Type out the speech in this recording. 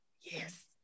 yes